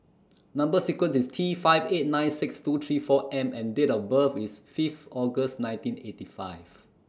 Number sequence IS T five eight nine six two three four M and Date of birth IS Fifth August nineteen eighty five